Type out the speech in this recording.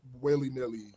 willy-nilly